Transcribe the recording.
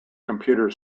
computer